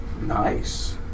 Nice